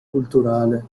culturale